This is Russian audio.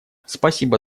спасибо